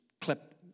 clip